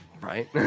right